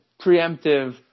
preemptive